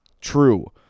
True